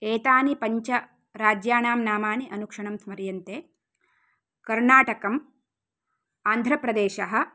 एतानि पञ्चराज्यानां नामानि अनुक्षणं स्मर्यन्ते कर्णाटकम् आन्ध्रप्रदेशः